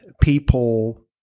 people